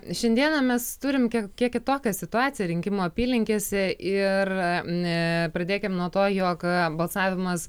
šiandieną mes turim kiek kiek kitokią situaciją rinkimų apylinkėse ir pradėkim nuo to jog balsavimas